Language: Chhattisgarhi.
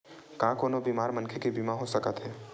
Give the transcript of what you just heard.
का कोनो बीमार मनखे के बीमा हो सकत हे?